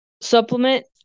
supplement